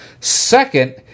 Second